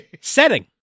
Setting